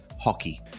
hockey